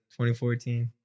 2014